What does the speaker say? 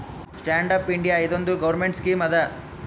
stand up India ಇದು ಒಂದ್ government scheme ಅದಾ